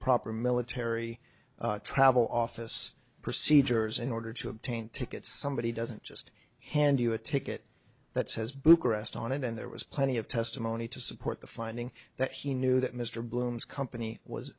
proper military travel office procedures in order to obtain tickets somebody doesn't just hand you a ticket that says bucharest on it and there was plenty of testimony to support the finding that he knew that mr bloom's company was